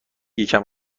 یکم